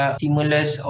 stimulus